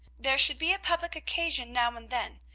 there should be a public occasion now and then.